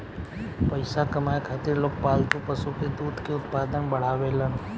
पइसा कमाए खातिर लोग पालतू पशु के दूध के उत्पादन बढ़ावेलन